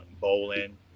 bowling